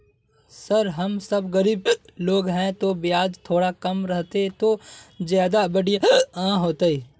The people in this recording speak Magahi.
सर हम सब गरीब लोग है तो बियाज थोड़ा कम रहते तो ज्यदा बढ़िया होते